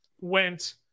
went